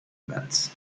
events